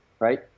Right